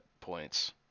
points